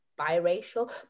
biracial